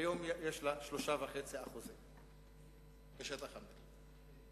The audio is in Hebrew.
והיום יש לה 3.5% משטח המדינה.